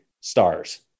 stars